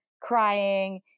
crying